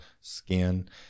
skin